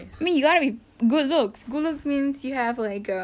I mean you are with good looks good looks mean you have like a